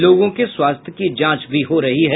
लोगों के स्वास्थ्य की जांच भी हो रही है